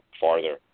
farther